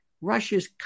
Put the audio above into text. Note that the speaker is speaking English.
Russia's